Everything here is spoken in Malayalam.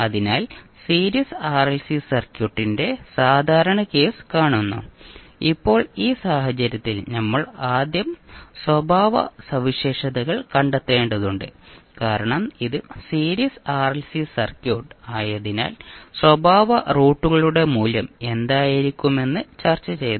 അതിനാൽ സീരീസ് ആർഎൽസി സർക്യൂട്ടിന്റെ സാധാരണ കേസ് കാണുന്നു ഇപ്പോൾ ഈ സാഹചര്യത്തിൽ നമ്മൾ ആദ്യം സ്വഭാവ സവിശേഷതകൾ കണ്ടെത്തേണ്ടതുണ്ട് കാരണം ഇത് സീരീസ് ആർഎൽസി സർക്യൂട്ട് ആയതിനാൽ സ്വഭാവ റൂട്ടുകളുടെ മൂല്യം എന്തായിരിക്കുമെന്ന് ചർച്ച ചെയ്തു